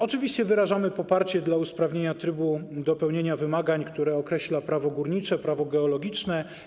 Oczywiście wyrażamy poparcie dla usprawnienia trybu dopełnienia wymagań, które określa prawo górnicze, prawo geologiczne.